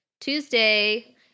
Tuesday